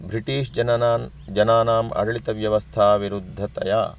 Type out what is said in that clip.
British जननां जनानाम् आड्ळितव्यवस्था विरुद्धतया